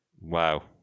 Wow